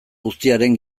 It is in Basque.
guztiaren